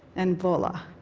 and voila,